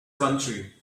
country